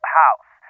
house